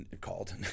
called